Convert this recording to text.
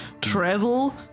Travel